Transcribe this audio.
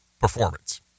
performance